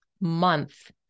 month